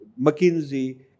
McKinsey